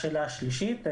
השלישית.